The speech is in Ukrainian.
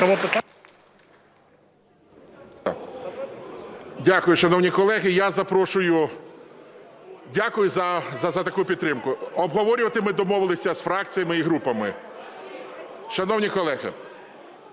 Дякую, шановні колеги! Дякую за таку підтримку. Обговорювати ми домовилися з фракціями і групами. Шановні колеги!